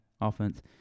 offense